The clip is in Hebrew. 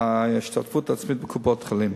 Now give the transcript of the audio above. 3. ההשתתפות העצמית בקופות-חולים.